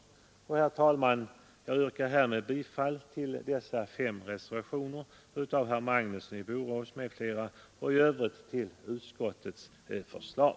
Jag yrkar, herr talman, härmed bifall till dessa fem reservationer av herr Magnusson i Borås m.fl. I övrigt yrkar jag bifall till utskottets hemställan.